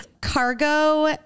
Cargo